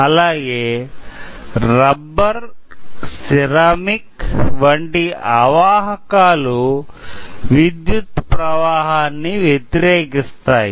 అలాగే rubber ceramic వంటి అవాహకాలు విద్యుత్ ప్రవాహాన్ని వ్యతిరేకిస్తాయి